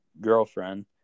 girlfriend